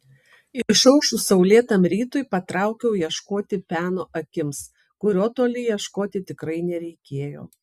išaušus saulėtam rytui patraukiau ieškoti peno akims kurio toli ieškoti tikrai nereikėjo